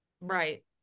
Right